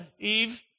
Eve